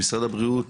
משרד הבריאות,